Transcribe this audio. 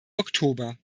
oktober